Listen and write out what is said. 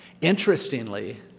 Interestingly